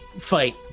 fight